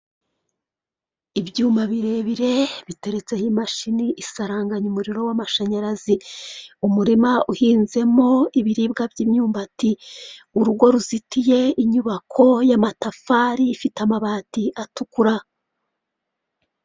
Ibyuma birebire biteretseho imashini isaranganya umuriro w'amashanyarazi. Umurima uhinzemo ibiribwa by'imyumbati. Urugo ruzitiye inyubako y'amatafari ifite amabati atukura.